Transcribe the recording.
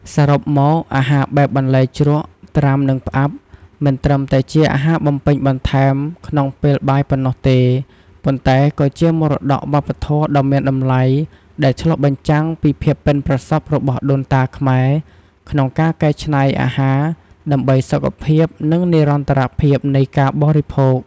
សរុបមក អាហារបែបបន្លែជ្រក់ ត្រាំ និងផ្អាប់ មិនត្រឹមតែជាអាហារបំពេញបន្ថែមក្នុងពេលបាយប៉ុណ្ណោះទេ ប៉ុន្តែក៏ជាមរតកវប្បធម៌ដ៏មានតម្លៃដែលឆ្លុះបញ្ចាំងពីភាពប៉ិនប្រសប់របស់ដូនតាខ្មែរក្នុងការកែច្នៃអាហារ ដើម្បីសុខភាព និងនិរន្តរភាពនៃការបរិភោគ។